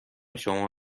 شما